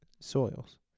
soils